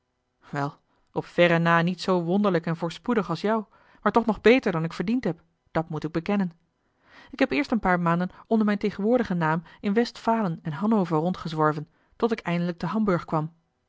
wel op verre na niet zoo wonderlijk en voorspoedig als jou maar toch nog beter dan ik verdiend heb dat moet ik bekennen ik heb eerst een paar maanden onder mijn tegenwoordigen naam in westphalen en hannover rondgezworven tot ik eindelijk te hamburg kwam